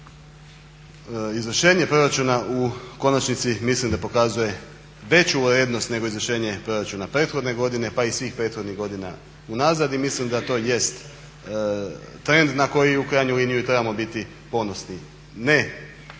izvršenje proračuna u konačnici mislim da pokazuje veću urednost nego izvršenje proračuna prethodne godine pa i svih prethodnih godina unazad. I mislim da to jest trend na koji u krajnjoj liniji i trebamo biti ponosni ne